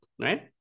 right